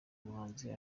muhanzi